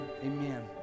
amen